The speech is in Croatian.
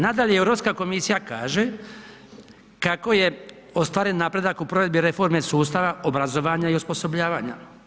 Nadalje, Europska komisija kaže kako je ostvaren napredak u provedbi reforme sustava, obrazovanja i osposobljavanja.